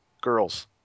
girls